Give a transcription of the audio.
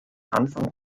anfang